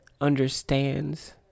understands